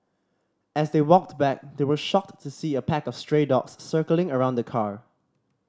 as they walked back they were shocked to see a pack of stray dogs circling around the car